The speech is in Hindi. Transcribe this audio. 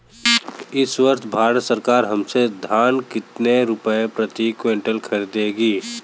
इस वर्ष सरकार हमसे धान कितने रुपए प्रति क्विंटल खरीदेगी?